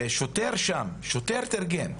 ושוטר שהיה שם תרגם,